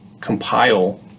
compile